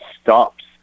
stops